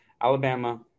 Alabama